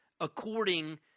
according